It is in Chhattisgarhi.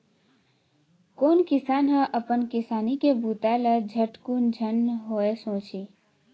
कोन किसान ह अपन किसानी के बूता ल झटकुन झन होवय सोचही